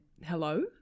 Hello